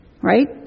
right